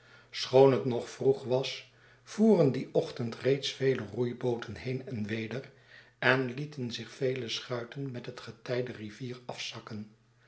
schoon het nog vroeg was voeren dien ochtend reeds vele roeibooten heen en weder en lieten zich vele schuiten met het getij de rivier afzakken